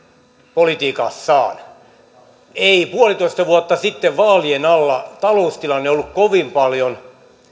politiikassaan ei puolitoista vuotta sitten vaalien alla taloustilanne ollut kovin paljon